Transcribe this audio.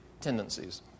tendencies